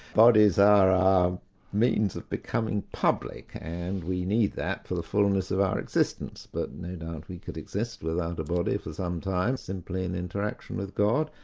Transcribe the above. bodies are our means of becoming public, and we need that for the fullness of our existence. but now doubt we could exist without a body for some time, simply in interaction with god,